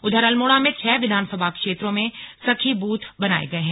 उधर अल्मोड़ा में छह विधानसभा क्षेत्रों में सखी बूथ बनाये गये हैं